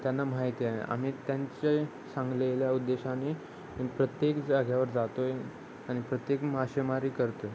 त्यांना माहिती आहे आम्ही त्यांचे सांगलेल्या उद्देशाने प्रत्येक जागेवर जातो आहे आणि प्रत्येक मासेमारी करतो आहे